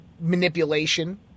manipulation